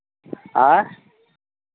आँय